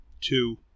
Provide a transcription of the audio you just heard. Two